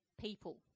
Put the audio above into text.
people